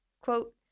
Quote